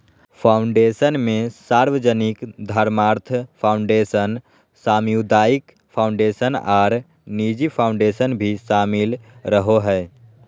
foundation मे सार्वजनिक धर्मार्थ फ़ाउंडेशन, सामुदायिक फ़ाउंडेशन आर निजी फ़ाउंडेशन भी शामिल रहो हय,